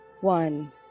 one